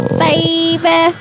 baby